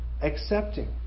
Accepting